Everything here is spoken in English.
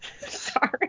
sorry